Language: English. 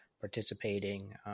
participating